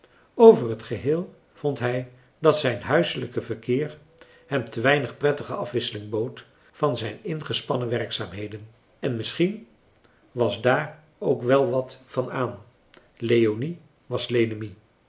over het geheel vond hij dat zijn huiselijk verkeer hem te weinig prettige afwisseling bood van zijn ingespannen werkzaamheden en misschien was daar ook wel wat van aan leonie was lenemie